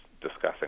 discussing